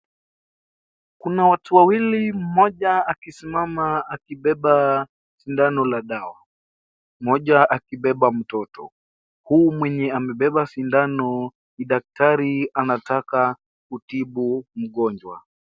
Kuna watu wawili mmoja akisimama akibeba sindano la dawa, mmoja akibeba mtoto. Huyu mwenye amebeba sindano ni daktari anataka kutibu mgonjwa.